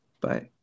Bye